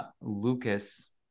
Lucas